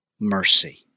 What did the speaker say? mercy